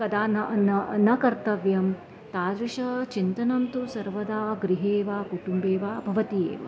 कदा न न न कर्तव्यं तादृशं चिन्तनं तु सर्वदा गृहे वा कुटुम्बे वा भवति एव